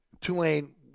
Tulane